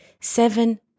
seven